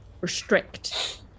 restrict